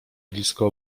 blisko